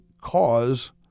cause